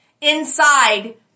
Inside